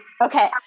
Okay